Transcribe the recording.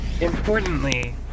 importantly